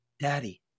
Daddy